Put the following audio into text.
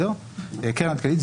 קרן עדכנית,